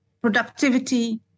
productivity